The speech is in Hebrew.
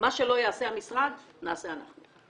מה שלא יעשה המשרד, נעשה אנחנו.